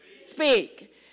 speak